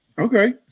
Okay